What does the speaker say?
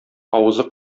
авызы